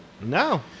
No